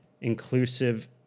inclusive